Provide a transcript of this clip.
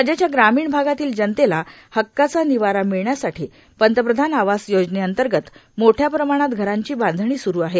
राज्याच्या ग्रामीण भागातील जनतेला हक्काचा निवारा मिळण्यासाठी पंतप्रधान आवास योजनेंतर्गत मोठ्या प्रमाणात घरांची बांधणी स्रू आहे